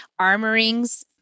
armorings